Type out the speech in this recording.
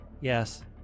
Yes